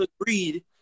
agreed